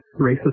racist